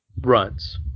runs